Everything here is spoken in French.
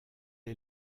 est